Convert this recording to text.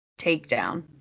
takedown